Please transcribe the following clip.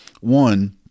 One